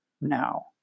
now